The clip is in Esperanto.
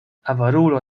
avarulo